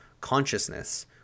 consciousness